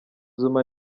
zuma